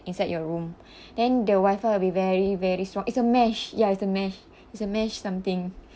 inside your room then the wifi will be very very strong it's a mesh ya is the mesh is a mesh something